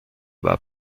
war